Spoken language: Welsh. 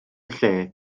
lle